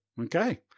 Okay